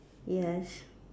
yes